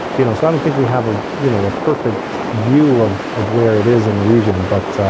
you know, so i don't think we have a, you know, a perfect view of of where it is in the region. but,